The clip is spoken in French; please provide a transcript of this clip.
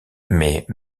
mais